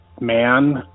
man